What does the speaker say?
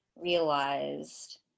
realized